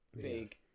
Big